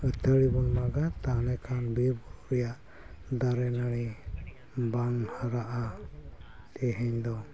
ᱟᱹᱛᱷᱟᱹᱲᱤ ᱵᱚᱱ ᱢᱟᱜᱟ ᱛᱟᱦᱚᱞᱮ ᱠᱷᱟᱱ ᱵᱤᱨ ᱵᱩᱨᱩ ᱨᱮᱭᱟᱜ ᱫᱥᱟᱨᱮ ᱱᱟᱹᱲᱤ ᱵᱟᱝ ᱦᱟᱨᱟᱜᱼᱟ ᱛᱮᱦᱮᱧ ᱫᱚ